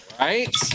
right